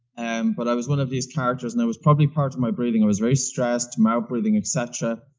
and but i was one of these characters, and it was probably part of my breathing. i was very stressed, mouth breathing, etc,